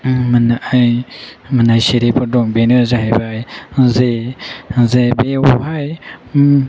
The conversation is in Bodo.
मोननाय सिरिफोर दं बेनो जाहैबाय जे बेवहाय